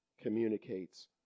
communicates